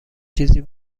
چیزی